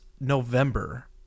November